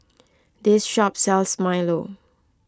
this shop sells Milo